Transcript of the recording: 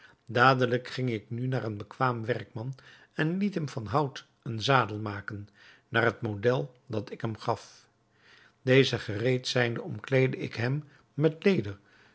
dadelijk ging ik nu naar een bekwamen werkman en liet hem van hout een zadel maken naar het model dat ik hem gaf deze gereed zijnde omkleedde ik hem met leder